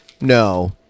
No